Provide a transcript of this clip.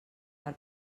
per